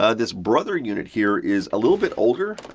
ah this brother unit here is a little bit older.